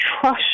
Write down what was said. trust